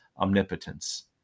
omnipotence